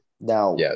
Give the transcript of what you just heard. Now